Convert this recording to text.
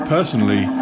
Personally